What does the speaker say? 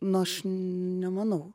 nu aš nemanau